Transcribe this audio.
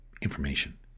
information